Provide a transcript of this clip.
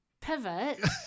pivot